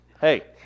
Hey